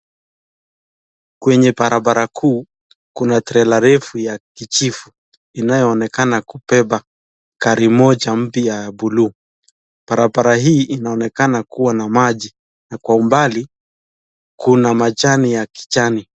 Kwenye barabara kuu kuna trailer [cs,] refu ya kijivu inayoonekana. Gari moja mpya ya blue , barabara hii l inaonekana kua na maji na bali kuna majani ya kijani.